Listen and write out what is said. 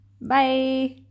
Bye